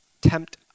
tempt